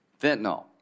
Fentanyl